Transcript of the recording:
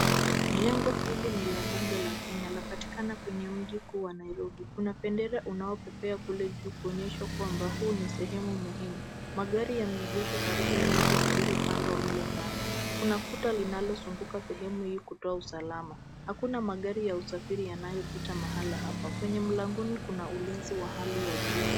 Jengo hili ni la bunge la Kenya. Linapatikana kwenye mji kuu la Nairobi. Kuna bendera unaopepea kule juu kuonyesha kwamba huu ni sehemu muhimu. Magari yameegeshwa karibu na miti zilizopandwa mle ndani. Kuna kuta linalozunguka sehemu hii kutoa usalama. Hakuna magari ya usafiri yanayopita mahali hapa. Kwenye mlangoni kuna ulinzi wa hali ya juu.